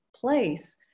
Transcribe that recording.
place